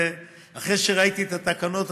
ואחרי שראיתי את התקנות,